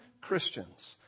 Christians